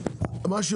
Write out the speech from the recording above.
הממשלה.